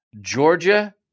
Georgia